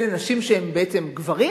אלה נשים שהן בעצם גברים?